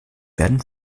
werden